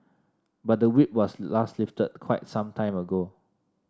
but the Whip was last lifted quite some time ago